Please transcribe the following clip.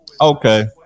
okay